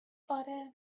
آره